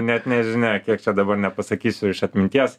net nežinia kiek čia dabar nepasakysiu iš atminties